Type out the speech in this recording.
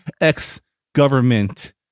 ex-government